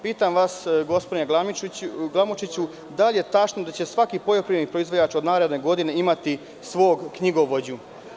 Pitam vas, gospodine Glamočiću, da li je tačno da će svaki poljoprivredni proizvođač od naredne godine imati svog knjigovođu?